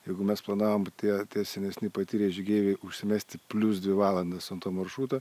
jeigu mes planavom tie tie senesni patyrę žygeiviai užsimesti plius dvi valandas ant to maršruto